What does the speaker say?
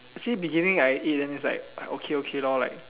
actually beginning I eat then is like I okay okay lor like